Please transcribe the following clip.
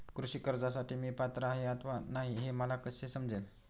कृषी कर्जासाठी मी पात्र आहे अथवा नाही, हे मला कसे समजेल?